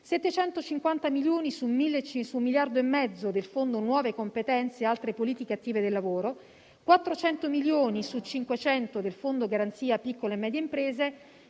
750 milioni su 1,5 miliardi del Fondo nuove competenze e altre politiche attive del lavoro; 400 milioni su 500 del Fondo garanzia piccole e medie imprese;